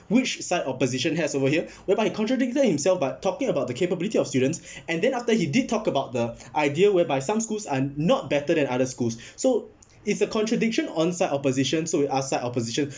which side opposition has over here whereby he contradicted himself by talking about the capability of students and then after he did talk about the idea whereby some schools are not better than other schools so it's a contradiction on side opposition so we ask side opposition